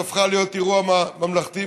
שהפכה להיות אירוע ממלכתי,